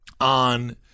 on